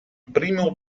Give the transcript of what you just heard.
primo